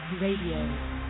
Radio